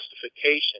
justification